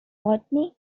botany